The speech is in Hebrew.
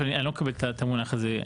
אני לא מקבל את המונח הזה,